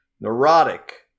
neurotic